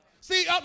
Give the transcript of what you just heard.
See